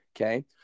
Okay